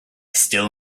still